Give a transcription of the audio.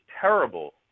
terrible